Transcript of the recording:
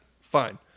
fine